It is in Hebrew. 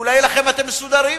אולי לכן אתם מסודרים.